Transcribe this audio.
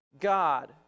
God